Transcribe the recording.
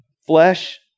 Flesh